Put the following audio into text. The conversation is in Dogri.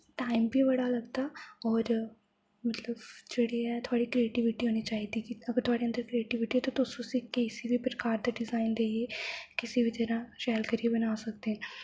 टाइम बी बड़ा लगदा और मतलब जेह्ड़ी ऐ थुआढ़ी क्रिएटिविटी होनी चाहिदी अगर थुआढ़े अंदर क्रिएटिविटी ऐ तुस उस्सी किसे बी प्रकार दा डिजाइन देइयै किसे बी तरह शैल करियै बना सकदे